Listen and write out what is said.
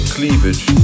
Cleavage